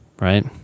right